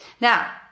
Now